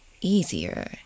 easier